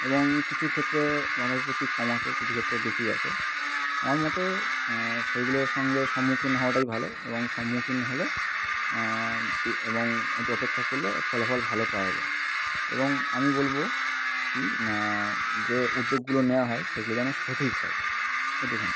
এবং কিছু ক্ষেত্রে বাধা বিপত্তি কম আসে কিছু ক্ষেত্রে বেশি আসে আমার মতে সেগুলোর সঙ্গে সম্মুখীন হওয়াটাই ভালো এবং সম্মুখীন হলে দি এবং একটু অপেক্ষা করলে ফলাফল ভালো পাওয়া যায় এবং আমি বলবো কী না যে উদ্যোগগুলো নেওয়া হয় সেগুলো যেন সঠিক হয় একটুখানি